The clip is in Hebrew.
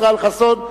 ישראל חסון,